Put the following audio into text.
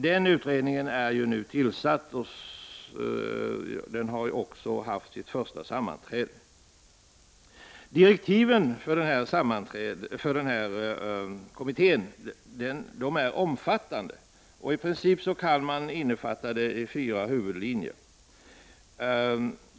Den utredningen är nu tillsatt, och den har också haft sitt första sammanträde. Direktiven för kommittén är omfattande, och i princip kan man urskilja fyra huvudlinjer.